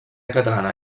catalana